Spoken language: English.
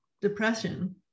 depression